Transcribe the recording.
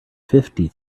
fifty